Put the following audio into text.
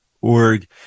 org